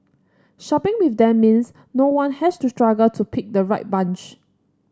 shopping with them means no one has to struggle to pick the right bunch